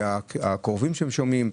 כלפי הקרובים ששומעים,